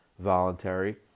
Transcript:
voluntary